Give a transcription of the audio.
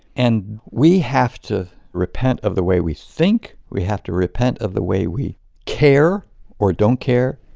and we have to repent of the way we think. we have to repent of the way we care or don't care.